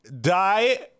die